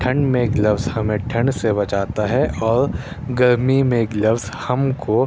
ٹھنڈ میں گلفز ہمیں ٹھنڈ سے بچاتا ہے اور گرمی میں گلفز ہم کو